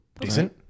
Decent